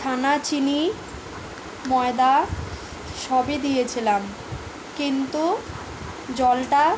ছানা চিনি ময়দা সবই দিয়েছিলাম কিন্তু জলটা